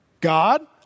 God